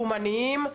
לאומניים,